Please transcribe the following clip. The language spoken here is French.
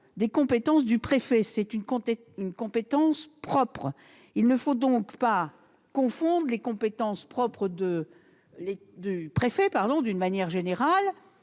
des compétences du préfet. C'est une compétence propre. Il ne faut donc pas confondre les compétences propres du préfet, d'une manière générale,